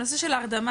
הנושא של הרדמה,